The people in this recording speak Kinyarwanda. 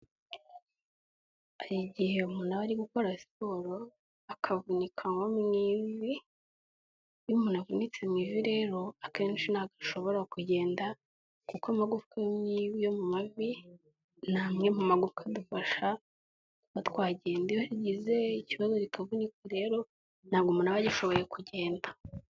Hari igihe umuntu ari gukora siporo akavunika nko mu ivi, iyo umuntu avunitse mu ivi rero, akenshi ntago ashobora kugenda kuko amagufwa yo mu mavi, ni amwe mu magufwa adufasha kuba twagenda, iyo rigize ikibazo rikavunika rero ntabwo umuntu aba agishoboye kugenda.